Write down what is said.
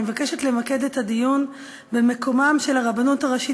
אני מבקשת למקד את הדיון במקומם של הרבנות הראשית